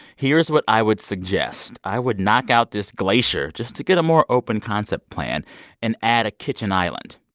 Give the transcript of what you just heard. here's what i would suggest. i would knock out this glacier just to get a more open concept plan and add a kitchen island.